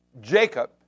Jacob